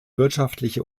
wirtschaftliche